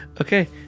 Okay